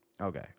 Okay